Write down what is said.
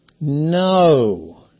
No